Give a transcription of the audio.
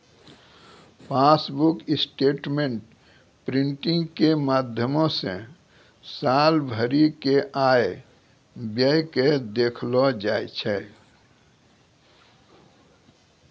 passbook statement printing के माध्यमो से साल भरि के आय व्यय के देखलो जाय छै